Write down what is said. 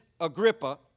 Agrippa